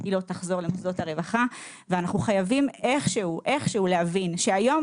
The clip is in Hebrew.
אנחנו חייבים איכשהו להבין שהיום,